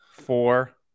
four